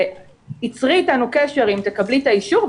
צרי אתנו קשר אם תקבלי את האישור,